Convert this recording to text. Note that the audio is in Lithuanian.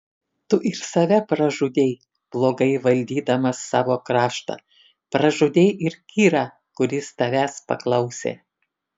tu ir save pražudei blogai valdydamas savo kraštą pražudei ir kyrą kuris tavęs paklausė